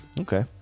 Okay